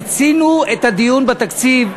מיצינו את הדיון בתקציב.